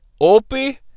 Opie